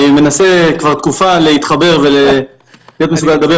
אני מנסה כבר תקופה להתחבר ולהיות מסוגל לדבר.